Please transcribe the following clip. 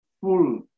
full